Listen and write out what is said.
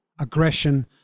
aggression